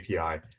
API